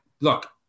look